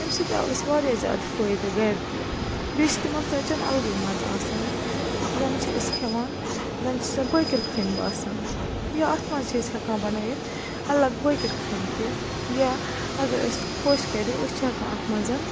امہِ سۭتۍ آو اَسہِ واریاہ زیادٕ فٲیدٕ گَرِ تہِ بیٚیہِ چھِ تِمَن ژۄچَن اَلگٕے مَزٕ آسان زَنہٕ چھِ أسۍ کھیٚوان زَنہٕ چھِ سۄ بٲکِرخٲنۍ باسان یا اَتھ منٛز چھِ أسۍ ہٮ۪کان بَنٲیِتھ اَلگ بٲکِرخٲنۍ تہِ یا اَگر أسۍ خۄش کَرِ أسۍ چھِ ہٮ۪کان اَتھ منٛز